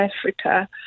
Africa